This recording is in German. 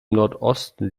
nordosten